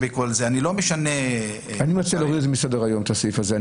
אני לא משנה את זה --- אני מציע להוריד מסדר היום את הסעיף הזה.